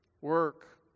work